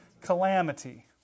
Calamity